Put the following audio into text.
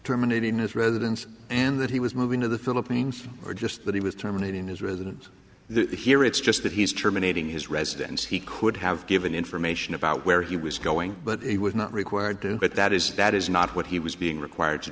terminating his residence and that he was moving to the philippines or just that he was terminating his residence the here it's just that he's terminating his residence he could have given information about where he was going but he was not required to but that is that is not what he was being required to